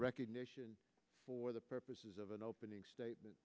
recognition for the purposes of an opening statement